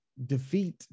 Defeat